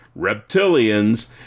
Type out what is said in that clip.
Reptilians